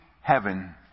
heaven